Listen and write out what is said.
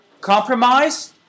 compromise